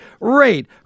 rate